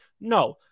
No